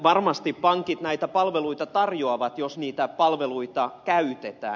varmasti pankit näitä palveluita tarjoavat jos niitä palveluita käytetään